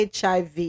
HIV